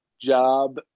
job